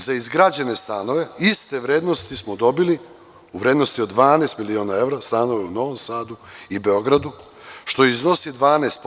Za izgrađene stanove iste vrednosti smo dobili, vrednosti od 12 miliona evra, stanove u Novom Sadu i Beogradu, što iznosi 12%